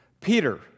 Peter